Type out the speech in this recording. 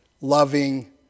loving